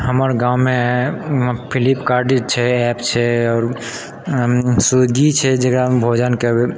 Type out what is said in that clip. हमर गाममे Flipkart छै ऐप छै आओर स्विगी छै जकरामे भोजनके भी